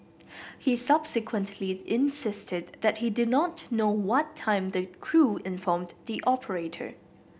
he subsequently insisted that he did not know what time the crew informed the operator